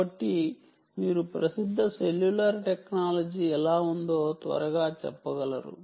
కాబట్టి మీరు ప్రసిద్ధ సెల్యులార్ టెక్నాలజీ ఎలా ఉందో త్వరగా చెప్పగలరు